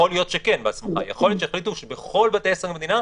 לא הבנתי את הסיפור של הנטל.